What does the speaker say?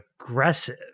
aggressive